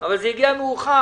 אבל זה הגיע מאוחר